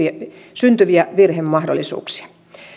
syntyviä virhemahdollisuuksia